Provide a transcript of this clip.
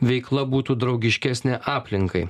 veikla būtų draugiškesnė aplinkai